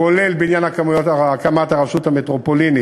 כולל בעניין הקמת הרשות המטרופולינית,